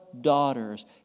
daughters